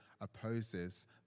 opposes